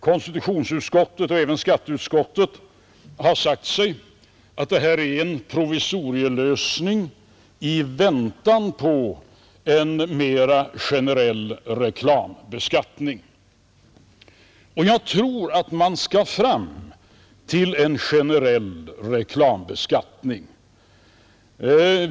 Konstitutionsutskottet och även skatteutskottet har ansett att annonsskatten är en provisorisk lösning i väntan på en mera generell reklambeskattning. Också jag tror att man skall komma fram till en generell reklambeskattning.